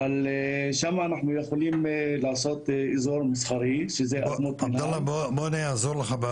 אבל שמה אנחנו יכולים לעשות אזור מסחרי --- בוא אני אעזור לך,